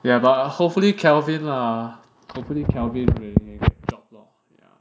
ya but hopefully Kelvin lah hopefully Kelvin job lor